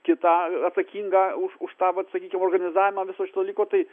kitą atsakingą už už tą vat sakykim organizavimą viso šito dalyko tai